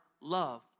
love